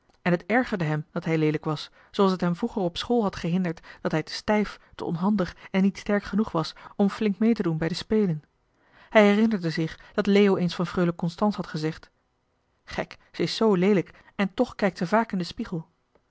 en het ergerde hem dat hij leelijk was zooals het hem vroeger op school had gehinderd dat hij te stijf te onhandig en niet sterk genoeg was om flink mee te doen bij de spelen hij herinnerde zich dat leo eens van freule constance had gezegd gek ze is zoo leelijk en toch kijkt ze vaak in den spiegel